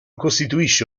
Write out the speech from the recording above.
costituisce